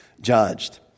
judged